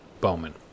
Bowman